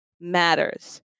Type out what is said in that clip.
matters